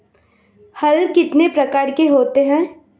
हल कितने प्रकार के होते हैं?